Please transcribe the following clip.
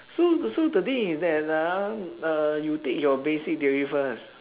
so the so the thing is that ah uh you take your basic theory first